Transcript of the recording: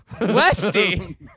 Westy